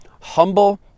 Humble